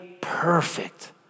perfect